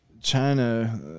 China